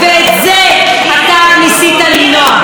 ואת זה אתה ניסית למנוע.